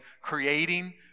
creating